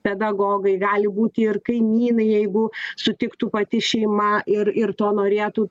pedagogai gali būti ir kaimynai jeigu sutiktų pati šeima ir ir to norėtų